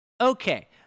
Okay